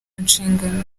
nshingano